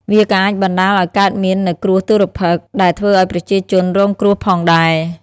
វាក៏អាចបណ្តាលឱ្យកើតមាននូវគ្រោះទុរ្ភិក្សដែលធ្វើឱ្យប្រជាជនរងគ្រោះផងដែរ។